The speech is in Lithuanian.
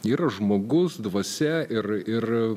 yra žmogus dvasia ir ir